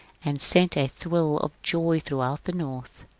and sent a thrill of joy throughout the north.